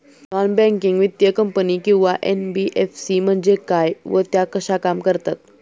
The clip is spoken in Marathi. नॉन बँकिंग वित्तीय कंपनी किंवा एन.बी.एफ.सी म्हणजे काय व त्या कशा काम करतात?